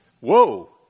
Whoa